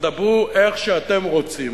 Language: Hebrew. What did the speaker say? תדברו איך שאתם רוצים.